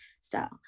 style